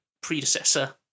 predecessor